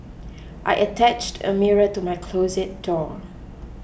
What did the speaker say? I attached a mirror to my closet door